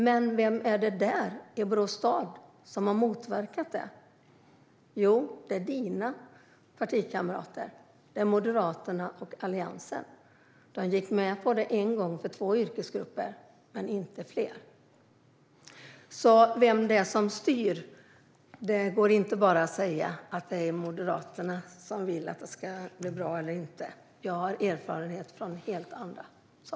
Men vem är det som har motverkat detta i Borås stad? Jo, det är dina partikamrater, Erik Andersson. Det är Moderaterna och Alliansen. De gick med på det en gång, för två yrkesgrupper, men inte fler. När det gäller vem som styr går det alltså inte att säga att det bara är Moderaterna som vill att det ska bli bra. Jag har erfarenheter av något helt annat.